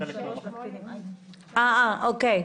אה, אוקי.